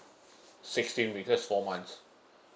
sixteen week just four months